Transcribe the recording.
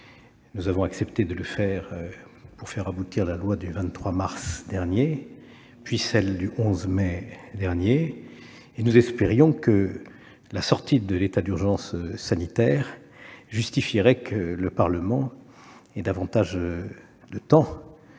Nous avons déjà accepté de le faire pour faire aboutir la loi du 23 mars dernier, puis celle du 11 mai dernier. Nous espérions que la sortie de l'état d'urgence sanitaire justifierait que le Parlement dispose de davantage de temps